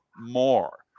more